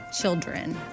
children